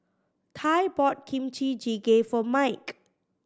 Tye bought Kimchi Jjigae for Mike